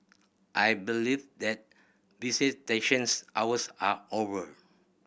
I believe that visitations hours are over